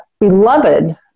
beloved